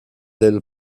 ailes